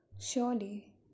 Surely